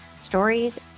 stories